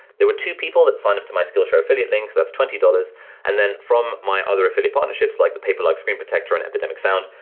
there were two people that signed up to my skillshare affiliate links, that's twenty dollars and then from my other affiliate partnerships, like the paperlike screen protector and epidemic sound,